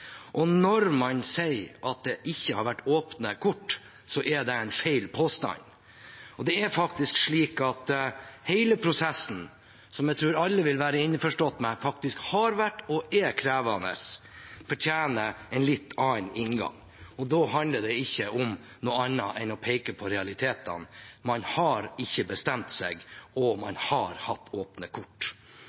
og når man sier at det ikke har vært åpne kort, er det en feil påstand. Det er faktisk slik at hele prosessen, som jeg tror alle vil være innforstått med faktisk har vært, og er, krevende, fortjener en litt annen inngang. Da handler det ikke om noe annet enn å peke på realitetene: Man har ikke bestemt seg, og man har hatt åpne kort.